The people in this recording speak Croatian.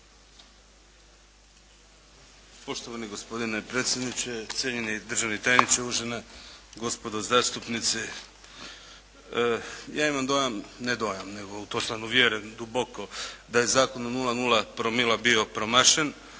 Poštovani gospodine predsjedniče, cijenjeni državni tajniče, uvažena gospodo zastupnici. Ja imam dojam, ne dojam nego u to sam uvjeren duboko da je zakon o 0,0 promila bio promašen,